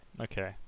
okay